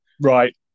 Right